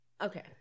Okay